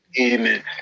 Amen